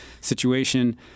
situation